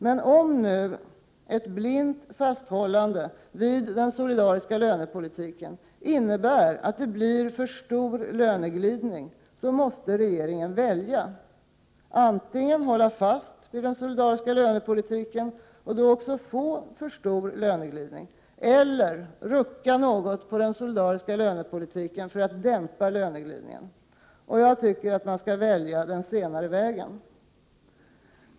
Men om nu ett blint fasthållande vid den solidariska lönepolitiken innebär att det blir för stor löneglidning, måste regeringen välja. Det handlar om att antingen hålla fast vid den solidariska lönepolitiken, och då också få för stor löneglidning, eller rucka något på den solidariska lönepolitiken för att dämpa löneglidningen. Jag tycker man skall välja den senare vägen.